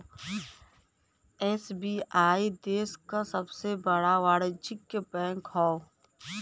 SBI देश क सबसे बड़ा वाणिज्यिक बैंक हौ